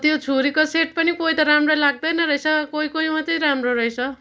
त्यो छुरीको सेट पनि कोही त राम्रो लाग्दैन रहेछ कोही कोही मात्रै राम्रो रहेछ